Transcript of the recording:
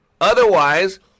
Otherwise